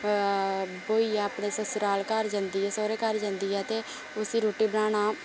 ब्होई ऐ अपने सुसराल घर जंदी सौहरे घर जंदी ऐ ते उसगी रुट्टी बनाना